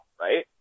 right